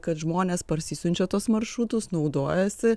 kad žmonės parsisiunčia tuos maršrutus naudojasi